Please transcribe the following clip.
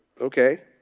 okay